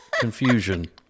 confusion